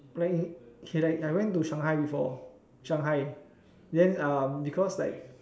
like okay like I went to Shanghai before Shanghai then because like